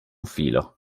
filo